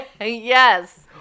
Yes